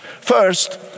First